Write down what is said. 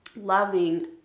loving